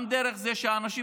גם דרך זה שאנשים